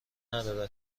نداره